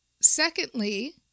secondly